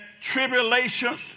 tribulations